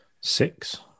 six